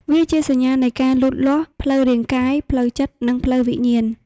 វាជាសញ្ញានៃការលូតលាស់ផ្លូវរាងកាយ ផ្លូវចិត្ត និងផ្លូវវិញ្ញាណ។